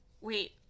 Wait